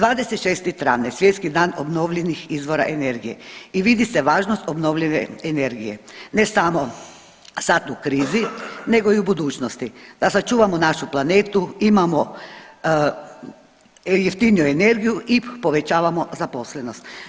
26. travnja je Svjetski dan obnovljivih izvora energije i vidi se važnost obnovljive energije ne samo sad u krizi nego i u budućnosti, da sačuvamo našu planetu imamo jeftiniju energiju i povećavamo zaposlenost.